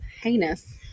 heinous